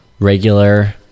regular